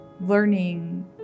learning